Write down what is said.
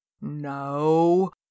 No